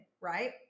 right